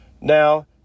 Now